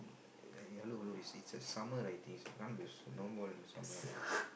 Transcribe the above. uh hello hello it's it's summer like this can't be snowball in the sumemr right